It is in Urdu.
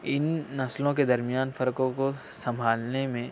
ان نسلوں کے درمیان فرقوں کو سنبھالنے میں